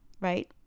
right